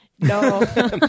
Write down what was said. No